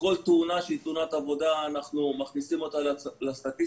כל תאונה שהיא תאונת עבודה אנחנו מכניסים לסטטיסטיקה.